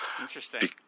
Interesting